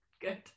Good